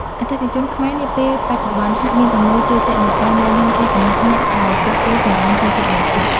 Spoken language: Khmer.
អតិថិជនខ្មែរនាពេលបច្ចុប្បន្នហាក់មានទំនោរជឿជាក់លើការណែនាំពីសំណាក់អ្នកដែលពួកគេស្រឡាញ់ចូលចិត្តបំផុត។